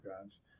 guns